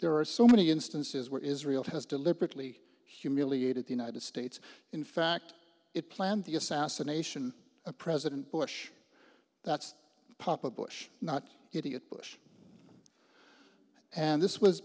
there are so many instances where israel has deliberately humiliated the united states in fact it planned the assassination of president bush that's papa bush not idiot bush and this was